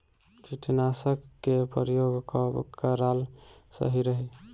कीटनाशक के प्रयोग कब कराल सही रही?